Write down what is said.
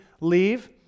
leave